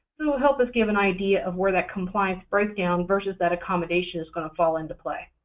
it'll help us give an idea of where that compliance breakdown versus that accommodation is going to fall into play.